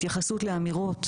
התייחסות לאמירות